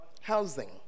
housing